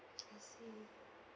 I see